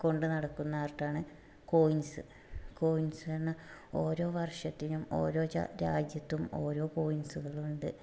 കൊണ്ട് നടക്കുന്ന ആർട്ടാണ് കോയിൻസ് കോയിൻസ് തന്നെ ഓരോ വർഷത്തിനും ഓരോ രാജ്യത്തും ഓരോ കോയിൻസ്കളുണ്ട്